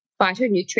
phytonutrients